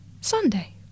Sunday